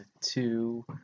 two